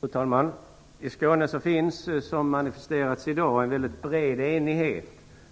Fru talman! I Skåne finns, såsom manifesterats i dag, en väldigt bred enighet